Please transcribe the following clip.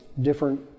different